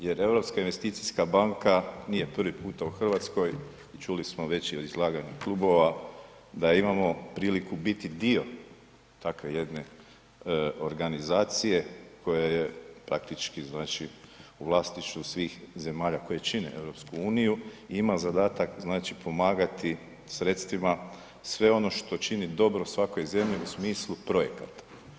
Jer Europska investicijska banka nije prvi puta u Hrvatskoj, čuli smo već i u izlaganju klubova da imamo priliku biti dio takve jedne organizacije koja je praktički znači u vlasništvu svih zemalja koje čine EU i ima zadatak znači pomagati sredstvima sve ono što čini dobro svakoj zemlji u smislu projekata.